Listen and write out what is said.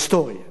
וגם היום,